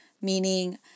Meaning